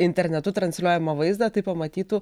internetu transliuojamą vaizdą tai pamatytų